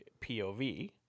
pov